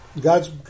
God's